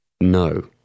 No